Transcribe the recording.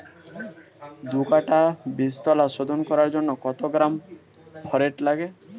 দু কাটা বীজতলা শোধন করার জন্য কত গ্রাম ফোরেট লাগে?